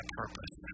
purpose